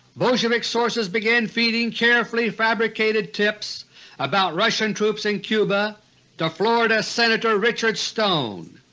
bolshevik sources began feeding carefully fabricated tips about russian troops in cuba to florida senator richard stone.